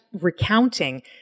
recounting